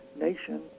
nation